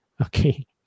okay